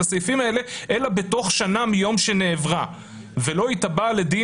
הסעיפים האלה אלא בתוך שנה מיום שנעברה ולא יתבע לדין